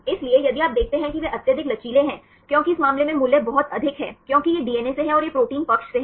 इसलिए यदि आप देखते हैं कि वे अत्यधिक लचीले हैं क्योंकि इस मामले में मूल्य बहुत अधिक हैं क्योंकि यह डीएनए से है और यह प्रोटीन पक्ष से है